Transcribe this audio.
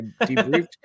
debriefed